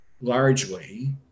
largely